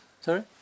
Sorry